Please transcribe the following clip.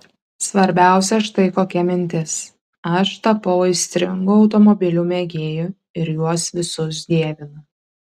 svarbiausia štai kokia mintis aš tapau aistringu automobilių mėgėju ir juos visus dievinu